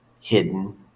hidden